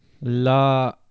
La